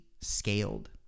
scaled